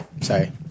sorry